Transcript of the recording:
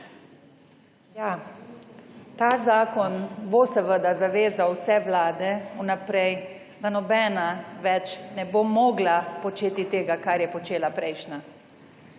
Ta zakon bo seveda zavezal vse vlade vnaprej, da nobena več ne bo mogla početi tega, kar je počela prejšnja.